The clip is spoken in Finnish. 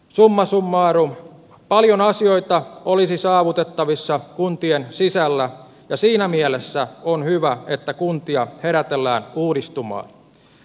summa summarum paljon asioita olisi saavutettavissa kuntien sisällä ja siinä mielessä on hyvä että kuntia herätellään uudistumaan